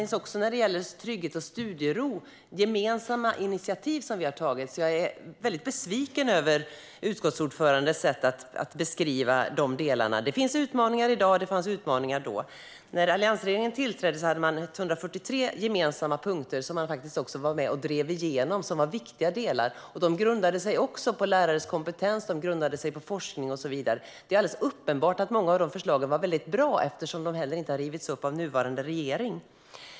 När det gäller trygghet och studiero har vi också tagit gemensamma initiativ. Men jag är väldigt besviken över utskottsordförandens sätt att beskriva de delarna. Det finns utmaningar i dag, och det fanns utmaningar då. När alliansregeringen tillträdde fanns det 143 gemensamma punkter som man faktiskt också var med och drev igenom. Det var viktiga delar. De grundade sig på lärares kompetens, på forskning och så vidare. Det är alldeles uppenbart att många av de förslagen var väldigt bra, eftersom de heller inte har rivits upp av nuvarande regering.